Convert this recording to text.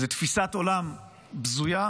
זו תפיסת עולם בזויה,